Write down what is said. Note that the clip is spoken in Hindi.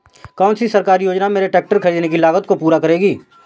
कौन सी सरकारी योजना मेरे ट्रैक्टर ख़रीदने की लागत को पूरा करेगी?